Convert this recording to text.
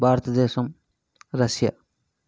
భారత దేశం రష్యా